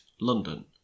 london